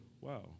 Wow